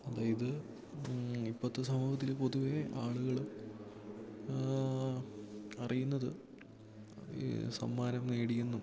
അതായത് ഇപ്പോഴത്തെ സമൂഹത്തിൽ പൊതുവേ ആളുകൾ അറിയുന്നത് സമ്മാനം നേടിയെന്നും